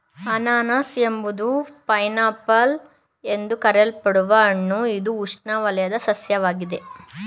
ಅನನಾಸು ಎಂಬುದು pineapple ಎಂದು ಕರೆಯಲ್ಪಡುವ ಹಣ್ಣು ಇದು ಉಷ್ಣವಲಯದ ಸಸ್ಯವಾಗಿದೆ